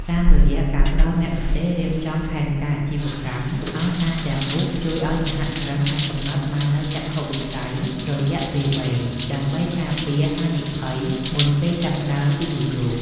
តាមរយៈការផ្ដល់មគ្គុទ្ទេសក៍រៀបចំផែនការអាជីវកម្ម អង្គការទាំងនោះជួយឱ្យសហគ្រិនអាចកំណត់បាននូវចក្ខុវិស័យរយៈពេលវែង ដើម្បីការពារហានិភ័យមុនពេលចាប់ផ្ដើមវិនិយោគ។